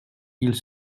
ils